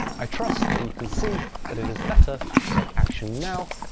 i trust that you can see that it is better to take action now,